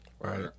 right